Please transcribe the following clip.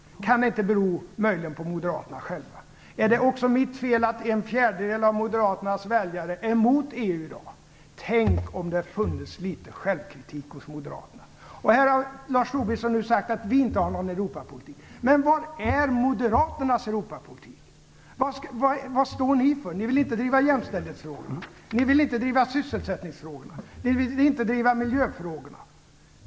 Kan det inte bero på Moderaterna själva? Är det också mitt fel att en fjärdedel av Moderaternas väljare är mot EU i dag? Tänk om det funnes litet självkritik hos Moderaterna! Här har Lars Tobisson nu sagt att vi inte har någon Europapolitik. Men var är Moderaternas Europapolitik? Vad står ni för? Ni vill inte driva jämställdhetsfrågorna. Ni vill inte driva sysselsättningsfrågorna. Ni vill inte driva miljöfrågorna.